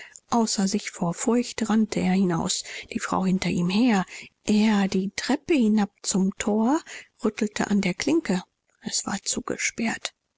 außer sich vor furcht rannte er hinaus die frau hinter ihm her er die treppe hinab zum tor rüttelte an der klinke es war zugesperrt